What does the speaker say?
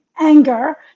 Anger